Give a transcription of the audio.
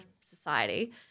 society